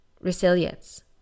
Resilience